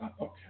okay